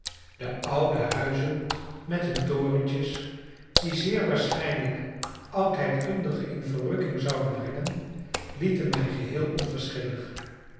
de oude huizen met hun torentjes die zeer waarschijnlijk oudheidkundigen in verrukking zouden brengen lieten mij geheel